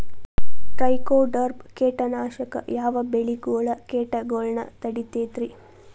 Trichoderma ಕೇಟನಾಶಕ ಯಾವ ಬೆಳಿಗೊಳ ಕೇಟಗೊಳ್ನ ತಡಿತೇತಿರಿ?